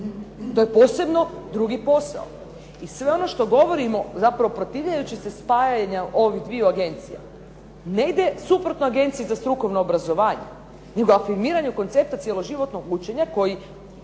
to je posebno drugi posao. I sve ono što govorimo, zapravo protivljujući se spajanju ovih dviju agencija ne ide suprotno agenciji za strukovno obrazovanje nego afirmiranju koncepta cjelo životnog učenja koji